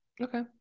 Okay